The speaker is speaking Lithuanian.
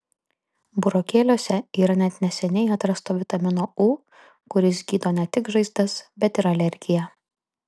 burokėliuose yra net neseniai atrasto vitamino u kuris gydo ne tik žaizdas bet ir alergiją